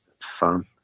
fun